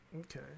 Okay